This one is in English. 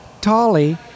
Tolly